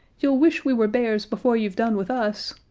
you'll wish we were bears before you've done with us.